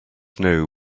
know